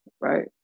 Right